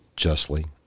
justly